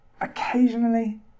Occasionally